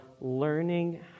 learning